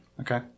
Okay